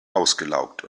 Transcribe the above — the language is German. ausgelaugt